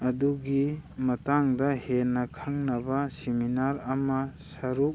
ꯑꯗꯨꯒꯤ ꯃꯇꯥꯡꯗ ꯍꯦꯟꯅ ꯈꯪꯅꯕ ꯁꯤꯃꯤꯅꯥꯔ ꯑꯃ ꯁꯔꯨꯛ